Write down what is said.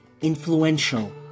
influential